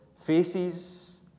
faces